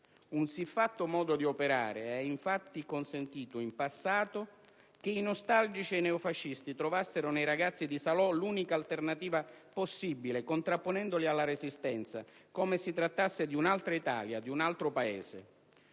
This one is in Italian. Un siffatto modo di operare ha consentito, in passato, che i nostalgici e i neofascisti trovassero nei ragazzi di Salò l'unica alternativa possibile, contrapponendoli alla Resistenza, come si trattasse di un'altra Italia, di un altro Paese.